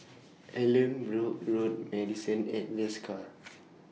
Allanbrooke Road Marrison At Desker